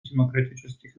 демократических